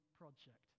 project